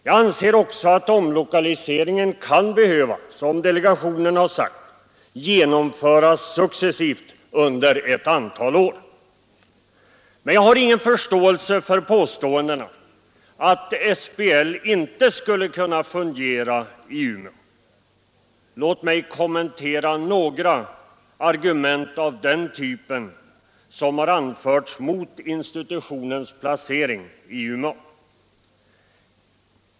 Jag anser att omlokaliseringen, som delegationen sagt, kan behöva genomföras successivt under ett antal år. Men jag har ingen förståelse för dem som påstår att SBL inte skulle kunna fungera i Umeå. Låt mig kommentera några argument av den typen, som anförts mot institutionens placering i Umeå.